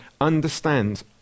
understand